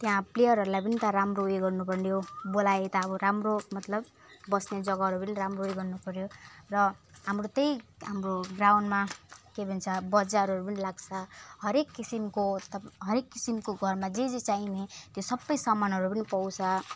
त्यहाँ प्लेयरहरूलाई नि त राम्रो गर्नुपर्ने हो बोलाए त राम्रो मतलब बस्ने जग्गाहरू पनि राम्ररी गर्नुपर्यो र हाम्रो त्यही हाम्रो ग्राउन्डमा के भन्छ बजारहरू पनि लाग्छ हरेक किसिमको तब हरेक किसिमको घरमा जे जे चाहिने त्यो सबै सामानहरू पनि पाउँछ